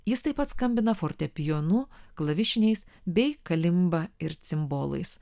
jis taip pat skambina fortepijonu klavišiniais bei kalimba ir cimbolais